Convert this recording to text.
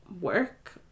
work